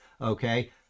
okay